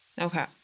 Okay